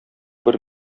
бер